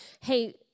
hey